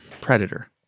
Predator